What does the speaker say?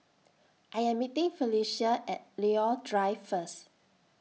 I Am meeting Felecia At Leo Drive First